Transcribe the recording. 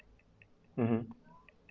mmhmm